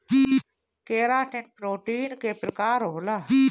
keratin protein के प्रकार होला